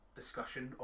discussion